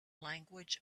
language